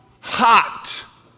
hot